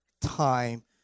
time